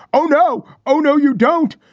oh, no. oh, no, you don't.